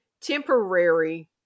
temporary